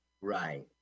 Right